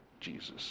Jesus